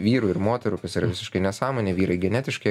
vyrų ir moterų kas yra visiškai nesąmonė vyrai genetiškai